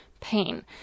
pain